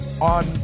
on